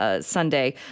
Sunday